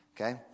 Okay